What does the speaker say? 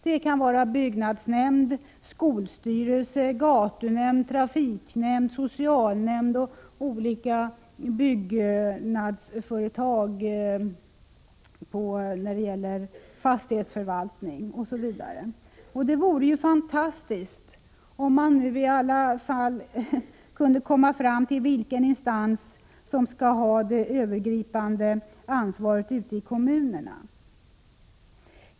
Det kan vara byggnadsnämnd, skolstyrelse, gatunämnd, trafiknämnd, socialnämnd och olika byggnadsföretag när det gäller fastighetsförvaltning osv. Det vore ju fantastiskt om man nu kunde komma fram till vilken instans som skall ha det övergripande ansvaret i kommunerna.